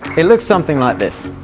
it looks something like this.